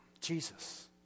Jesus